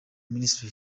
ministries